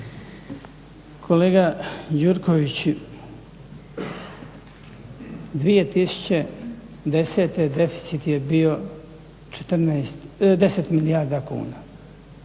Kolega Gjurković, 2010.deficit je bio 10 milijardi kuna,